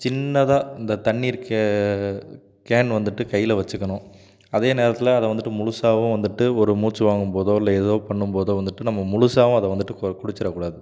சின்னதாக இந்த தண்ணீர் கே கேன் வந்துவிட்டு கையில் வச்சுக்கணும் அதே நேரத்தில் அதை வந்துவிட்டு முழுசாவும் வந்துவிட்டு ஒரு மூச்சு வாங்கும் போதோ இல்லை ஏதோ பண்ணும் போதோ வந்துவிட்டு நம்ம முழுசாவும் அதை வந்துவிட்டு கொ குடிச்சிரக் கூடாது